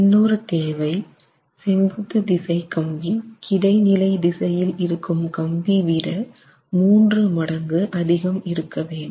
இன்னொரு தேவை செங்குத்து திசை கம்பி கிடைநிலை திசையில் இருக்கும் கம்பி விட மூன்று மடங்கு அதிகம் இருக்க வேண்டும்